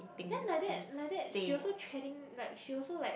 then like that like that she also treading like she also like